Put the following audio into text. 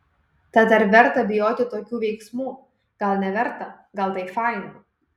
tad ar verta bijoti tokių veiksmų gal neverta gal tai fain